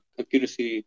accuracy